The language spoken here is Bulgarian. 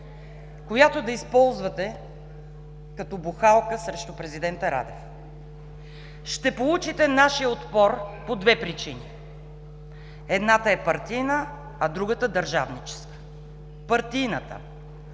която да използвате като бухалка срещу президента Радев. Ще получите нашия отпор по две причини. Едната е партийна, а другата - м държавническа. Партийната.